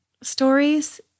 stories